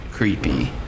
Creepy